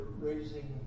raising